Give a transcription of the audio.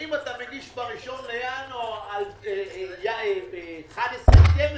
שאם אתה מגיש ב-1 בינואר על 11, 12